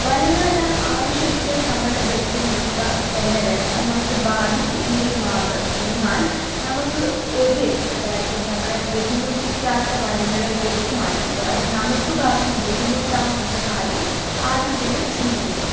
മരങ്ങളെല്ലാം ആവശ്യത്തിന് നമ്മൾ വെട്ടി വിൽക്കുക തന്നെ വേണം അത് നമുക്ക് ബാധിക്കുമെങ്കിൽ മാത്രം എന്നാൽ നമുക്ക് ഒരു അതായത് നമ്മളെ ബുദ്ധിമുട്ടിക്കാത്ത വനങ്ങളെ വെട്ടി മാറ്റുമ്പോൾ അത് നമുക്ക് ഭാവിയിൽ ബുദ്ധിമുട്ടാവും എന്ന കാര്യം ആരും തന്നെ ചിന്തിക്കുന്നില്ല